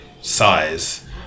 size